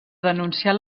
denunciar